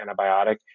antibiotic